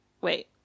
wait